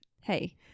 Hey